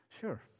Sure